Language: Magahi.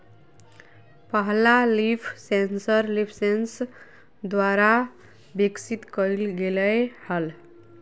पहला लीफ सेंसर लीफसेंस द्वारा विकसित कइल गेलय हल